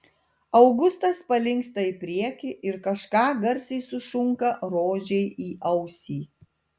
augustas palinksta į priekį ir kažką garsiai sušunka rožei į ausį